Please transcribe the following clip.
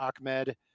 Ahmed